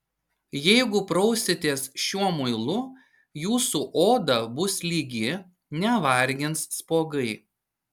jeigu prausitės šiuo muilu jūsų oda bus lygi nevargins spuogai